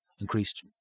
increased